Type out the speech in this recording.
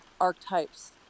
archetypes